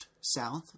south